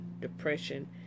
depression